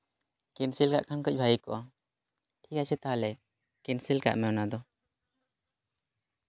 cancel ᱠᱟᱜ ᱠᱷᱟᱡ ᱠᱟᱹᱡ ᱵᱷᱟᱜᱮ ᱠᱚᱜᱼᱟ ᱴᱷᱤᱠ ᱟᱪᱷᱮ ᱛᱟᱦᱚᱞᱮ ᱠᱮᱱᱥᱮᱞ ᱠᱟᱜ ᱢᱮ ᱚᱱᱟ ᱫᱚ